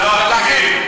זה לא הפקידים.